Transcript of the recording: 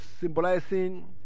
symbolizing